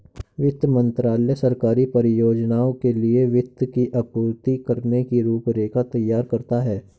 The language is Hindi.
वित्त मंत्रालय सरकारी परियोजनाओं के लिए वित्त की आपूर्ति करने की रूपरेखा तैयार करता है